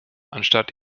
anstatt